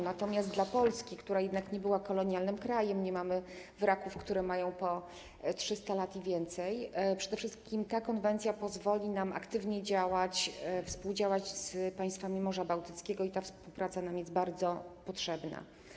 Natomiast Polsce, która jednak nie była kolonialnym krajem, nie mamy wraków, które mają po 300 lat i więcej, przede wszystkim ta konwencja pozwoli aktywnie działać, współdziałać z państwami Morza Bałtyckiego i ta współpraca jest nam bardzo potrzebna.